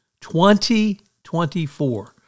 2024